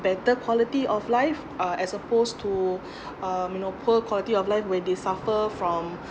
better quality of life uh as opposed to um you know poor quality of life where they suffer from